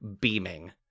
beaming